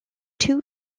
two